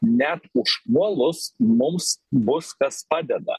net užpuolus mums bus kas padeda